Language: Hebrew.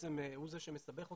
בעצם הוא זה שמסבך אותם.